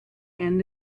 end